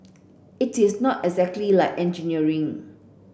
it is not exactly like engineering